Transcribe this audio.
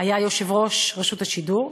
היה יושב-ראש רשות השידור.